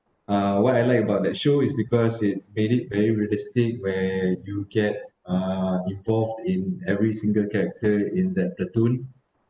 uh what I like about that show is because it made it very realistic where you get uh involved in every single character in that cartoon